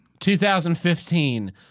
2015